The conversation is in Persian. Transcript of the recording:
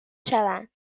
شوند